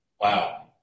Wow